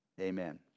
amen